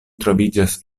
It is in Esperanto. troviĝas